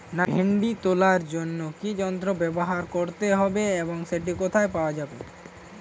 ভিন্ডি তোলার জন্য কি যন্ত্র ব্যবহার করতে হবে এবং সেটি কোথায় পাওয়া যায়?